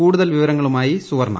കൂടുതൽ വിവരങ്ങളുമായി സുവർണ്ണ